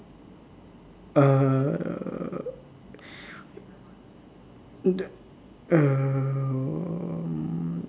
err